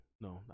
No